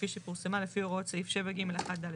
כפי שפורסמה לפי הוראות סעיף 7 (ג') ד'